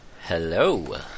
Hello